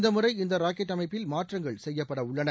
இந்த முறை இந்த ராக்கெட் அமைப்பில் மாற்றங்கள் செய்யப்படவுள்ளன